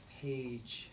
page